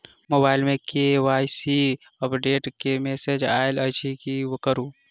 Mobile मे KYC update केँ message आइल अछि की करू?